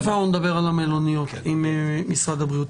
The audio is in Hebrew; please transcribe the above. תכף אנחנו נדבר על המלוניות עם משרד הבריאות.